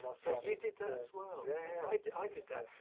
um so, you did that as well? yeah i did i did that.